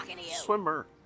swimmer